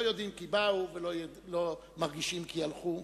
לא יודעים כי באו ולא מרגישים כי הלכו.